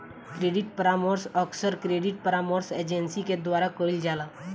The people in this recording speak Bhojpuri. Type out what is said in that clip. क्रेडिट परामर्श अक्सर क्रेडिट परामर्श एजेंसी के द्वारा कईल जाला